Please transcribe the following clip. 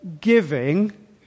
giving